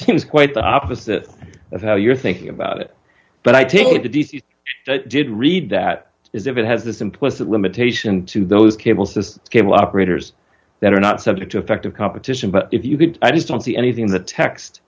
seems quite the opposite of how you're thinking about it but i take it the d c did read that as if it has this implicit limitation to those cable system cable operators that are not subject to effective competition but if you could i just don't see anything in the text